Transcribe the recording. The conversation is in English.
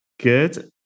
Good